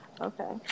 Okay